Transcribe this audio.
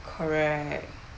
correct